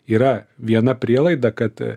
yra viena prielaida kad